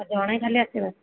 ଆଉ ଜଣେ ଖାଲି ଆସିବେ